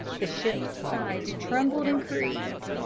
the ship's sides trembled and creaked.